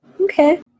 Okay